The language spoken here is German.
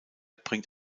bringt